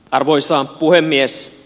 arvoisa puhemies